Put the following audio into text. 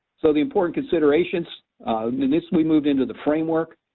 so the important considerations, and this we moved into the framework.